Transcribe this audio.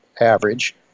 average